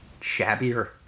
shabbier